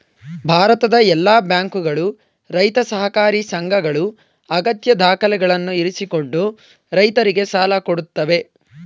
ಭಾರತದ ಎಲ್ಲಾ ಬ್ಯಾಂಕುಗಳು, ರೈತ ಸಹಕಾರಿ ಸಂಘಗಳು ಅಗತ್ಯ ದಾಖಲೆಗಳನ್ನು ಇರಿಸಿಕೊಂಡು ರೈತರಿಗೆ ಸಾಲ ಕೊಡತ್ತವೆ